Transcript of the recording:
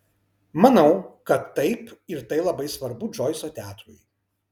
manau kad taip ir tai labai svarbu džoiso teatrui